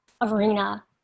arena